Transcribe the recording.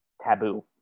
taboo